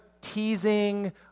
teasing